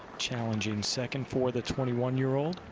challenging second for the twenty one year old.